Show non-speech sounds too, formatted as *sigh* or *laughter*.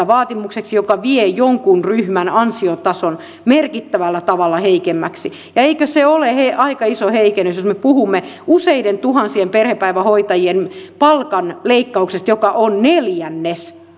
*unintelligible* vaatimukseksi joka vie jonkun ryhmän ansiotason merkittävällä tavalla heikemmäksi eikö se ole aika iso heikennys jos me puhumme useiden tuhansien perhepäivähoitajien palkan leikkauksesta joka on neljännes